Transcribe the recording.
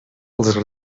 als